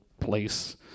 place